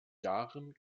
jahren